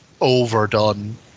overdone